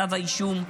כתב האישום,